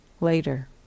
later